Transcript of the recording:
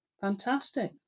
Fantastic